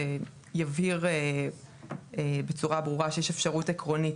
שיבהיר בצורה ברורה שיש אפשרות עקרונית